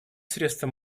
средства